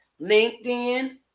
LinkedIn